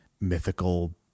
mythical